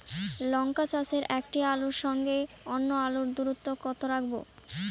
লঙ্কা চাষে একটি আলুর সঙ্গে অন্য আলুর দূরত্ব কত রাখবো?